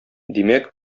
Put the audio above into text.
димәк